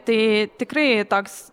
tai tikrai toks